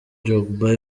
drogba